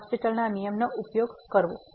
હોસ્પિટલL'Hospital's ના નિયમનો ઉપયોગ કરવો